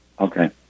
Okay